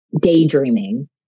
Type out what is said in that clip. daydreaming